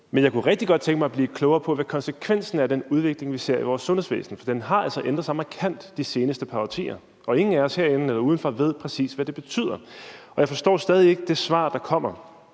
Men jeg kunne rigtig godt tænke mig at blive klogere på, hvad konsekvensen er af den udvikling, vi ser i vores sundhedsvæsen. For det har altså ændret sig markant de seneste par årtier, og ingen af os herinde eller udenfor ved, præcis hvad det betyder. Jeg forstår stadig ikke det svar, der kommer,